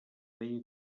deia